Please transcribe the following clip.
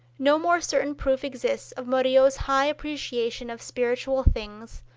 no more certain proof exists of murillo's high appreciation of spiritual things,